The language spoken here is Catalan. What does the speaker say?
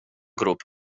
grup